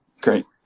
Great